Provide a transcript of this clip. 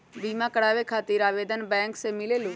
बिमा कराबे खातीर आवेदन बैंक से मिलेलु?